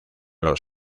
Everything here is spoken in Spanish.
los